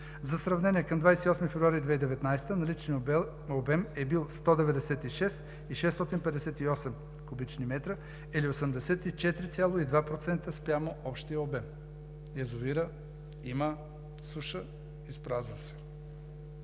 За сравнение към 28 февруари 2019 г. наличният обем е бил 196,658 куб. м, или 84,2% спрямо общия обем. Язовирът – има суша, изпразва се.